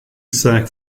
cinq